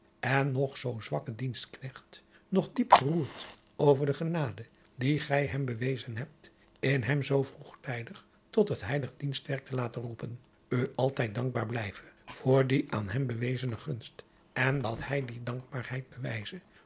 en nog zoo zoo zwakke dienstknecht nog diep geroerd over de genade die gij hem bewezen hebt in hem zoo vroegtijdig tot het heilig dienstwerk te laten roepen u altijd dankbaar blijve voor die aan hem bewezene gunst en dat hij die dankbaarheid bewijze